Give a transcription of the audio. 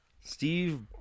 Steve